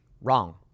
Wrong